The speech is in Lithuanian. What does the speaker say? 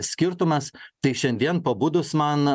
skirtumas tai šiandien pabudus man